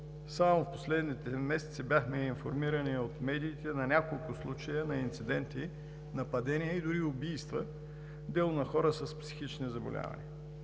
Само в последните месеци бяхме информирани от медиите за няколко случая на инциденти, нападения и дори убийства – дело на хора с психични заболявания.